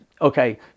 okay